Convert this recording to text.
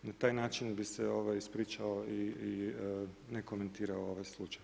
Na taj način bi se ispričao i ne komentirao ovaj slučaj.